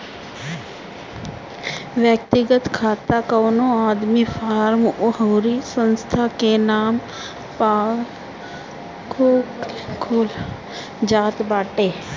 व्यक्तिगत खाता कवनो आदमी, फर्म अउरी संस्था के नाम पअ खोलल जात बाटे